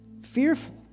fearful